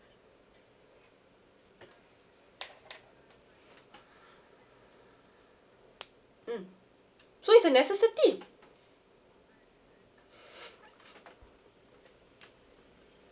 mm so it's a necessity